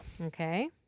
Okay